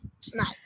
tonight